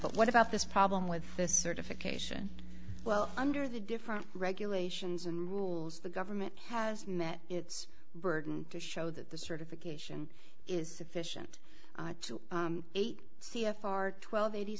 but what about this problem with the certification well under the different regulations and rules the government has met its burden to show that the certification is sufficient to eight c f r twelve eighty